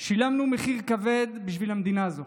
שילמנו מהיר כבד בשביל המדינה הזאת,